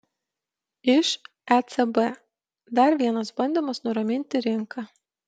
iš ecb dar vienas bandymas nuraminti rinką